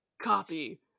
copy